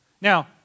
Now